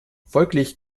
folglich